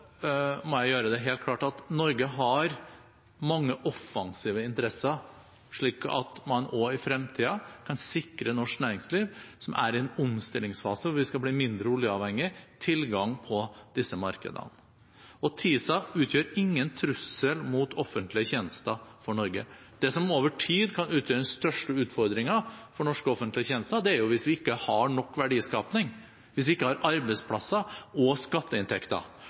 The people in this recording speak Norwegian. må jeg gjøre det helt klart at Norge har mange offensive interesser slik at man også i fremtiden kan sikre norsk næringsliv, som er i en omstillingsfase hvor vi skal bli mindre oljeavhengig, tilgang på disse markedene. TISA utgjør ingen trussel mot offentlige tjenester i Norge. Det som over tid kan utgjøre den største utfordringen for norske offentlige tjenester, er hvis vi ikke har nok verdiskaping, hvis vi ikke har arbeidsplasser eller skatteinntekter.